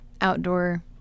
outdoor